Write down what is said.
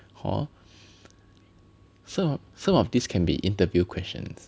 hor so~ some of these can be interview questions